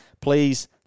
Please